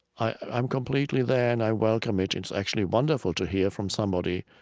i'm completely there and i welcome it. and it's actually wonderful to hear from somebody.